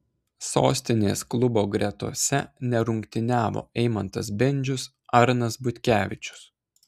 sostinės klubo gretose nerungtyniavo eimantas bendžius arnas butkevičius